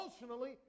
emotionally